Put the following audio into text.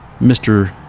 Mr